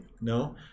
no